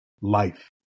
life